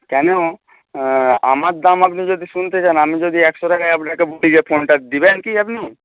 কেন আমার দাম আপনি যদি শুনতে চান আমি যদি একশো টাকায় আপনাকে বলি যে ফোনটা দেবেন কি আপনি